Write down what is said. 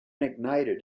ignited